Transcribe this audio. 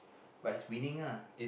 but he's winning ah